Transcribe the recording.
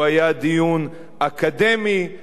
הוא היה דיון אקדמי,